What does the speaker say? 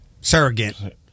surrogate